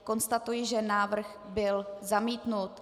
Konstatuji, že návrh byl zamítnut.